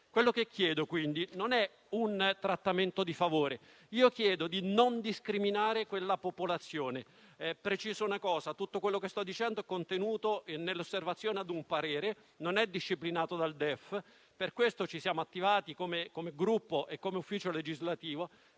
Quello che chiedo, quindi, non è un trattamento di favore: chiedo di non discriminare quelle popolazioni. E preciso che tutto quello che sto dicendo è contenuto nell'osservazione ad un parere, non è disciplinato dal DEF. Per questo ci siamo attivati come Gruppo e come ufficio legislativo,